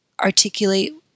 articulate